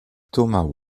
thomas